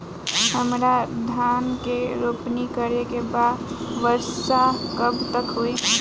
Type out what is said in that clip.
हमरा धान के रोपनी करे के बा वर्षा कब तक होई?